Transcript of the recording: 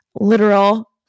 literal